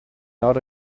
not